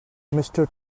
mister